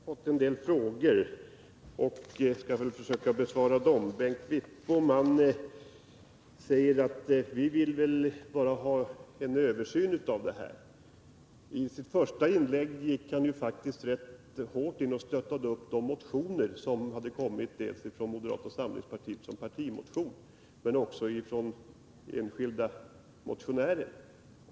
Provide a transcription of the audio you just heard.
Herr talman! Jag har fått en del frågor som jag skall försöka besvara. Bengt Wittbom sade att han bara ville ha en översyn. I sitt första inlägg gick han faktiskt rätt hårt in för att stötta de motioner som väckts från moderata samlingspartiet, dels partimotionen, dels enskilda motioner.